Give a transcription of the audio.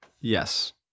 Yes